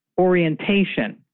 orientation